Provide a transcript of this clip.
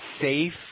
safe